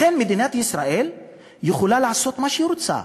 לכן מדינת ישראל יכולה לעשות מה שהיא רוצה.